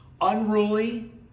unruly